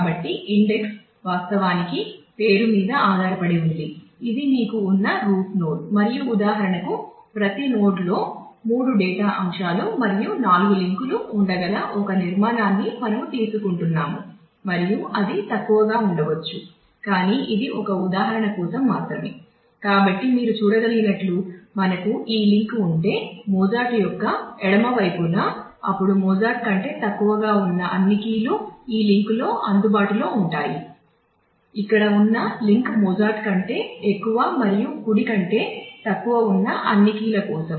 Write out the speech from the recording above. కాబట్టి ఇండెక్స్ కంటే ఎక్కువ మరియు కుడి కంటే తక్కువ ఉన్న అన్ని కీల కోసం